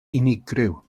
unigryw